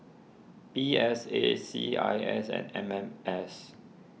P S A C I S and M M S